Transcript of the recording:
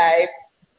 lives